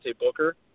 Booker